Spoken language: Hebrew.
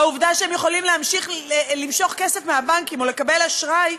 העובדה שהם יכולים להמשיך למשוך כסף מהבנקים או לקבל אשראי,